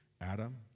Adam